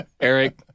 Eric